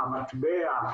המטבע,